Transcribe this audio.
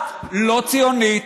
תודה.